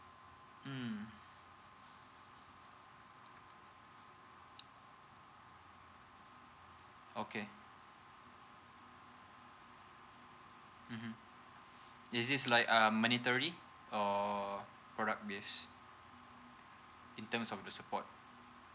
mm okay mmhmm is this like um mandatory or product based in terms of the support